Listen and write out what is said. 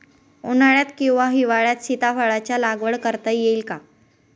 उन्हाळ्यात किंवा हिवाळ्यात सीताफळाच्या लागवड करता येईल का?